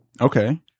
Okay